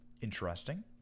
interesting